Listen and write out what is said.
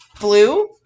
Blue